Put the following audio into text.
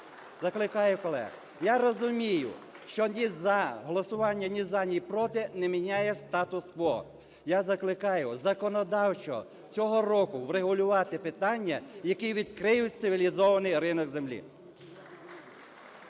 я розумію, що голосування ні "за", ні "проти" не міняє статус-кво. Я закликаю законодавчо цього року врегулювати питання, які відкриють цивілізований ринок землі.